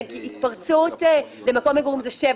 זה ההבדל בין התפרצות למקום מגורים שזה שבע